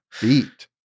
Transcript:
beat